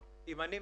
בבקשה.